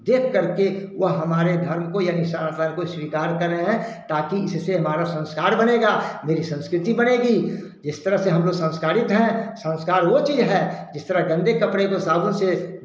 देखकर के वह हमारे धर्म को यानी सनातन को स्वीकार कर रहें ताकि इससे हमारा संस्कार बनेगा मेरी संस्कृति बनेगी जिस तरह से हम लोग संस्कारित है संस्कार वह चीज़ है जिस तरह गंदे कपड़े को साबुन से